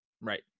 Right